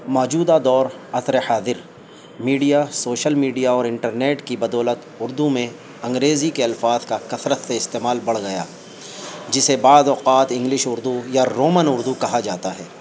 موجودہ دور عصر حاضر میڈیا سوشل میڈیا اور انٹرنیٹ کی بدولت اردو میں انگریزی کے الفاظ کا کثرت سے استعمال بڑھ گیا جسے بعض اوقات انگلش اردو یا رومن اردو کہا جاتا ہے